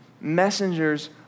Messengers